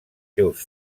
seus